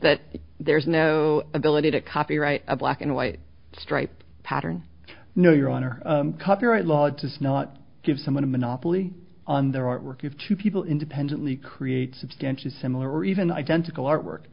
that there's no ability to copyright a black and white stripe pattern no your honor copyright law does not give someone a monopoly on their artwork if two people independently create substantially similar or even identical artwork